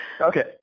Okay